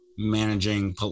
managing